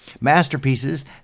Masterpieces